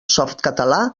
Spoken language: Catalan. softcatalà